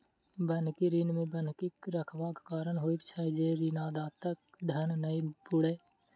बन्हकी ऋण मे बन्हकी रखबाक कारण होइत छै जे ऋणदाताक धन नै बूड़य